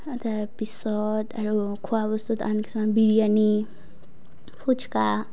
তাৰপিছত আৰু খোৱাবস্তু আন কিছুমান বিৰিয়ানী ফুচকা